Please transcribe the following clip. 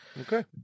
Okay